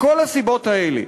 מכל הסיבות האלה